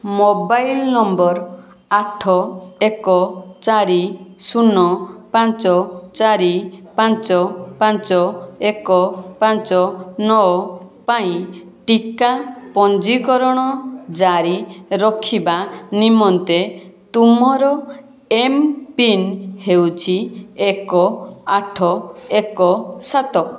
mobile number ଆଠ ଏକ ଚାରି ଶୁନ ପାଞ୍ଚ ଚାରି ପାଞ୍ଚ ପାଞ୍ଚ ଏକ ପାଞ୍ଚ ନଅ ପାଇଁ ଟିକା ପଞ୍ଜିକରଣ ଜାରି ରଖିବା ନିମନ୍ତେ ତୁମର ଏମ୍ପିନ୍ ହେଉଛି ଏକ ଆଠ ଏକ ସାତ